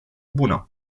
bună